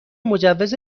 مجوز